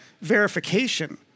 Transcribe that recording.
verification